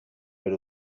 per